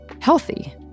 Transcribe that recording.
healthy